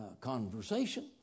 conversation